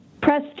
Press